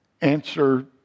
Answer